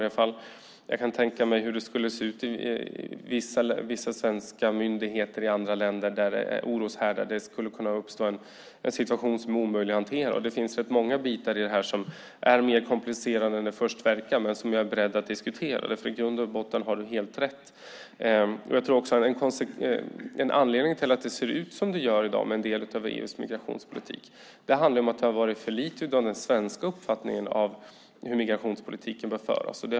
Jag kan tänka mig hur det skulle se ut hos vissa svenska myndigheter i andra länder där det är oroshärdar. Det skulle kunna uppstå en situation som är omöjlig att hantera. Det finns rätt många bitar i detta som är mer komplicerade än det först verkar men som jag är beredd att diskutera. I grund och botten har du helt rätt. En anledning till att det ser ut som det gör i dag med en del av EU:s migrationspolitik är att det ha varit för lite av den svenska uppfattningen om hur migrationspolitiken bör föras.